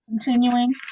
Continuing